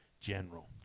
general